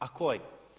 A koji?